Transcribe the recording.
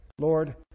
Lord